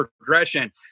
progression